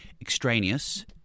extraneous